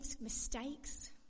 mistakes